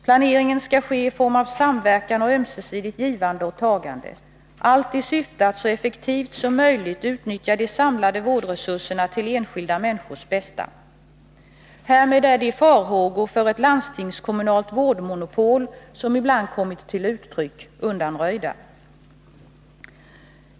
Planeringen skall ske i form av samverkan och ömsesidigt givande och tagande, allt i syfte att så effektivt som möjligt utnyttja de samlade vårdresurserna till enskilda människors bästa. Härmed är de farhågor för ett landstingskommunalt vårdmonopol som ibland kommit till uttryck undanröjda.